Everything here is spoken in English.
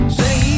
say